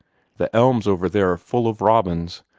the elms over there are full of robins.